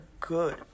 good